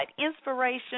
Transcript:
inspiration